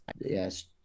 yes